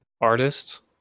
artists